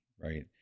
right